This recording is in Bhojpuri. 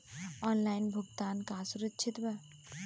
ऑनलाइन भुगतान का सुरक्षित बा?